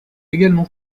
également